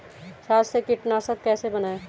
छाछ से कीटनाशक कैसे बनाएँ?